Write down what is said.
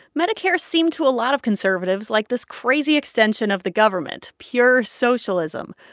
medicare seemed to a lot of conservatives like this crazy extension of the government pure socialism.